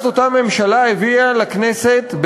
אז אותה ממשלה הביאה לכנסת,